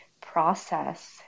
process